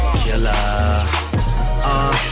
killer